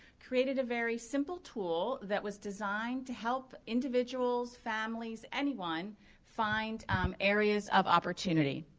created a very simple tool that was designed to help individuals, families, anyone find areas of opportunity.